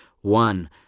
one